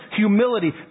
humility